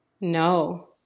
No